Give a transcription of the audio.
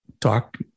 talk